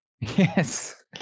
Yes